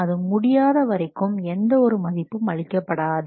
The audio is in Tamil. அது முடியாத வரைக்கும் எந்த ஒரு மதிப்பும் அளிக்கப்படாது